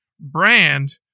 brand